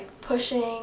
pushing